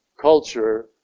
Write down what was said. culture